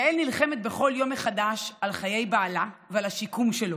יעל נלחמת בכל יום מחדש על חיי בעלה ועל השיקום שלו.